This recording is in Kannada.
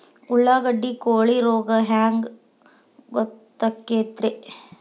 ಉಳ್ಳಾಗಡ್ಡಿ ಕೋಳಿ ರೋಗ ಹ್ಯಾಂಗ್ ಗೊತ್ತಕ್ಕೆತ್ರೇ?